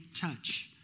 touch